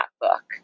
book